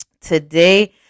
today